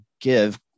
give